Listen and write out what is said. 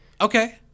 Okay